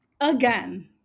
again